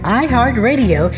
iHeartRadio